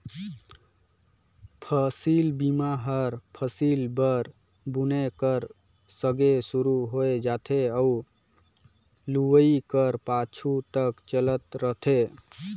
फसिल बीमा हर फसिल कर बुनई कर संघे सुरू होए जाथे अउ लुवई कर पाछू तक चलत रहथे